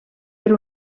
per